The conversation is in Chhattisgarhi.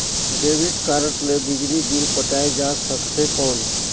डेबिट कारड ले बिजली बिल पटाय जा सकथे कौन?